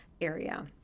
area